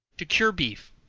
to cure beef.